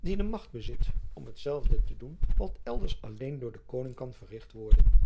die de macht bezit om hetzelfde te doen wat elders alleen door den koning kan verricht worden